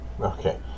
Okay